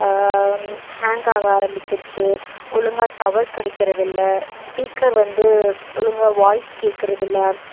ஹாங் ஆக ஆரம்பிச்சுருச்சு ஒழுங்கா டவர் கிடைக்கிறதில்ல ஸ்பீக்கர் வந்து ஒழுங்கா வாய்ஸ் கேட்குறதில்ல